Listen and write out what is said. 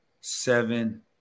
seven